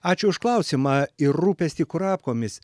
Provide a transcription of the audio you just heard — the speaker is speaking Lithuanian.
ačiū už klausimą ir rūpestį kurapkomis